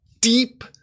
deep